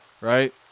right